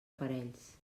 parells